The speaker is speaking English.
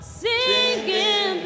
singing